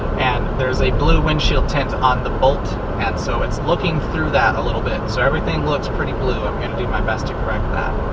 and there's a blue windshield tint on the bolt and so it's looking through that a little bit. so everything looks pretty blue, and i'm gonna do my best to correct that.